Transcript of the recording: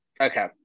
Okay